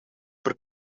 per